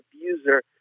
abuser